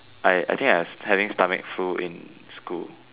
I I think I having stomach flu in school